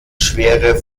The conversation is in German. schwere